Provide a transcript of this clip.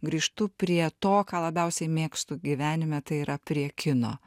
grįžtu prie to ką labiausiai mėgstu gyvenime tai yra prie kino